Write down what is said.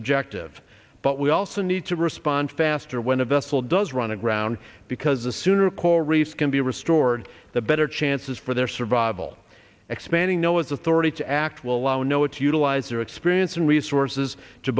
objective but we also need to respond faster when a vessel does run aground because the sooner coral reefs can be restored the better chances for their survival expanding noah's authority to act will allow noah to utilize their experience and resources to